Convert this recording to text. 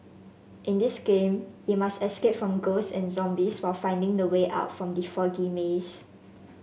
in this game you must escape from ghosts and zombies while finding the way out from the foggy maze